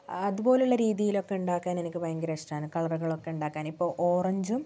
അതുപോലുള്ള രീതിയിലൊക്കെ ഉണ്ടാക്കാൻ എനിക്ക് ഭയങ്കര ഇഷ്ട്ടമാണ് കളറുകളൊക്കെ ഉണ്ടാക്കാൻ ഇപ്പോൾ ഓറഞ്ചും